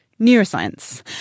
neuroscience